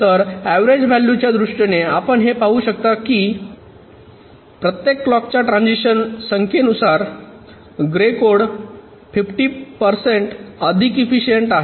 तर average value च्या दृष्टीने आपण हे पाहू शकता की प्रत्येक क्लॉक च्या ट्रान्झिशन संख्येनुसार ग्रे कोड काउंटर 50 टक्के अधिक एफिशिएंट आहे